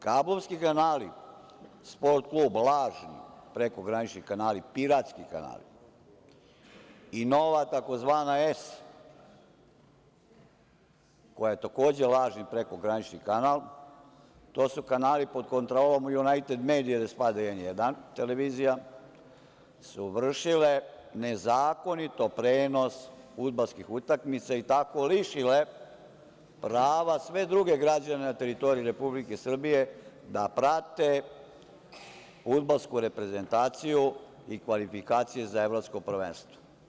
Kablovski kanali Sport klub, lažni prekogranični kanali, piratski kanali i nova tzv. "S", koja je takođe lažni prekogranični kanal, to su kanali pod kontrolom "United Media", gde spada i N1 televizija, su vršile nezakonito prenos fudbalskih utakmica i tako lišile prava sve druge građane na teritoriji Republike Srbije da prate fudbalsku reprezentaciju i kvalifikacije za Evropsko prvenstvo.